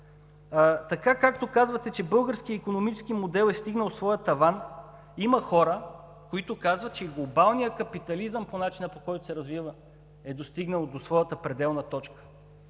Така както казвате, че българският икономически модел е стигнал своя таван, има хора, които казват, че и глобалният капитализъм, по начина, по който се развива, е достигнал до своята пределна точка.